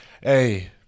Hey